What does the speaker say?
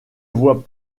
vois